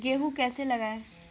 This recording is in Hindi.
गेहूँ कैसे लगाएँ?